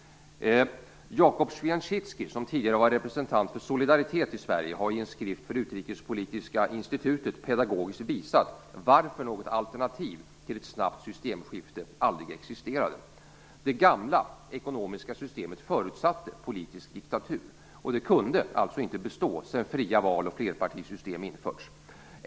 Jakub Swiecicki, som tidigare har varit representant för Solidaritet i Sverige, har i en skrift för Utrikespolitiska institutet pedagogiskt visat varför något alternativ till ett snabbt systemskifte aldrig existerade. För det första: Det gamla ekonomiska systemet förutsatte politisk diktatur, och det kunde alltså inte bestå sedan fria val och flerpartisystem införts.